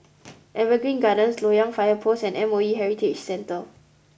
Evergreen Gardens Loyang Fire Post and M O E Heritage Centre